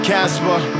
Casper